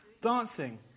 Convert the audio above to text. Dancing